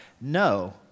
No